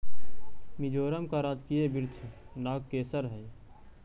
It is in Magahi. मिजोरम का राजकीय वृक्ष नागकेसर हई